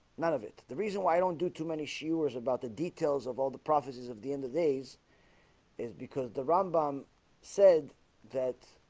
none of it the reason why i don't do too many shearer's about the details of all the prophecies of the end of days is because the rambam said that